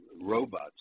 robots